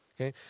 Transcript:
Okay